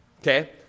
okay